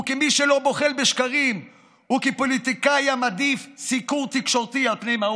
כמי שלא בוחל בשקרים וכפוליטיקאי המעדיף סיקור תקשורתי על פני מהות.